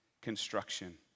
construction